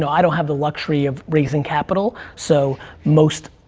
so i don't have the luxury of raising capital. so most,